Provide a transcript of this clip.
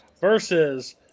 versus